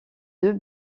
deux